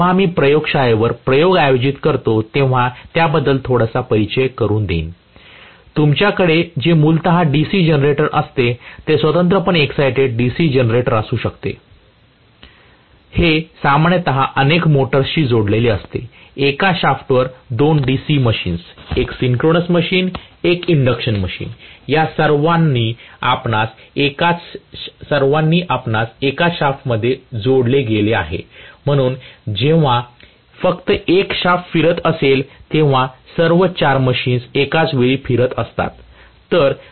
म्हणून जेव्हा आम्ही प्रयोगशाळेवर प्रयोग आयोजित करतो तेव्हा त्याबद्दल थोडंसं परिचय करून देईन तुमच्याकडे जे मूलतः डीसी जनरेटर असते ते स्वतंत्रपणे एक्साईटेड डीसी जनरेटर असू शकते हे सामान्यत अनेक मोटर्सशी जोडलेले असते एका शाफ्टवर दोन डीसी मशीन्स एक सिंक्रोनस मशीन आणि एक इंडक्शन मशीन या सर्वांनी आपणास एकाच शाफ्टमध्ये जोडले गेले आहे म्हणून जेव्हा फक्त एक शाफ्ट फिरत असेल तेव्हा सर्व चार मशीन्स एकाचवेळी फिरत असतात